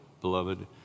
beloved